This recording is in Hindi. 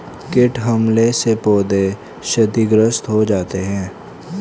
कीट हमले से पौधे क्षतिग्रस्त हो जाते है